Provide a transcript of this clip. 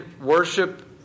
worship